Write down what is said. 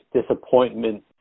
disappointment